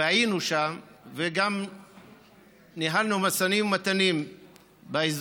והיינו שם, וגם ניהלנו משאים ומתנים באזור,